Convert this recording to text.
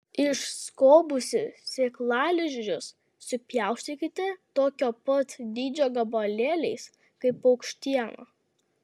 išskobusi sėklalizdžius supjaustykite tokio pat dydžio gabalėliais kaip paukštieną